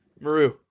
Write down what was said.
Maru